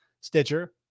Stitcher